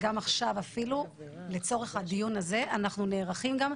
גם עכשיו אפילו לצורך הדיון הזה אנחנו נערכים גם.